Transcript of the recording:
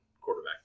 quarterback